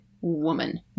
woman